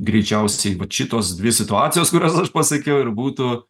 greičiausiai vat šitos dvi situacijos kurias aš pasakiau ir būtų